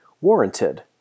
warranted